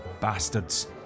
bastards